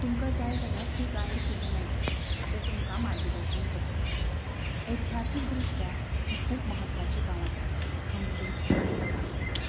तुमकां जाय जाल्यार थंय गायड सुद्दां मेळटा जो तुमकां मार्गदर्शन करता एत्ह्यासीक दृश्ट्या हे खूब म्हत्वाचे गांव आसात हंपी आनी बदामी